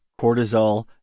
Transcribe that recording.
cortisol